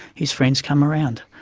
his friends come around.